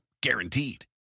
Guaranteed